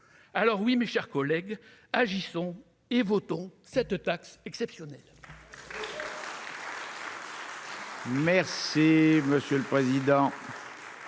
alors oui, mes chers collègues, agissons et votons cette taxe exceptionnelle.